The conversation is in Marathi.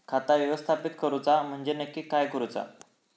खाता व्यवस्थापित करूचा म्हणजे नक्की काय करूचा?